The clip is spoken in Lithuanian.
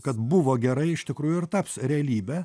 kad buvo gerai iš tikrųjų ir taps realybe